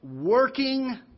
working